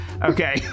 Okay